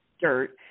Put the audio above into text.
dirt